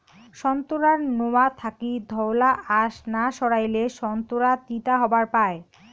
সোন্তোরার নোয়া থাকি ধওলা আশ না সারাইলে সোন্তোরা তিতা হবার পায়